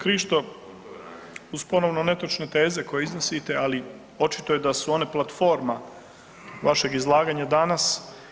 Krišto, uz ponovno netočne teze koje iznosite, ali očito je da su one platforma vašeg izlaganja danas.